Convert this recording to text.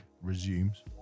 resumes